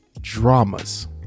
dramas